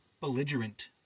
belligerent